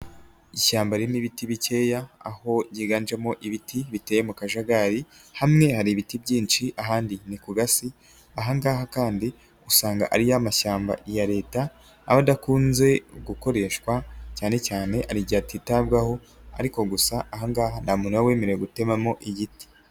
Ishyamba nibiti bikeya aho ryiganjemo ibiti biteye mu kajagari, hamwe hari ibiti byinshi ahandi ni ku gasi, aha ngaha kandi usanga ari ya mashyamba ya leta aba adakunze gukoreshwa cyane cyane hari igihe atitabwaho, ariko gusa ahangaha nta muntu uba wemerewe gutemamo igiti.